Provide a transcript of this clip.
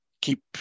keep